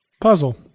puzzle